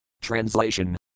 Translation